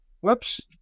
whoops